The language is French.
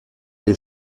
les